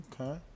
Okay